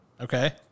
Okay